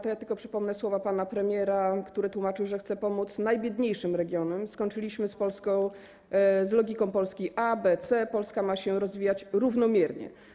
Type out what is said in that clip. To ja tylko przypomnę słowa pana premiera, który tłumaczył, że chce pomóc najbiedniejszym regionom: Skończyliśmy z logiką Polski A, B, C. Polska ma się rozwijać równomiernie.